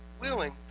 willing